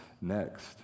next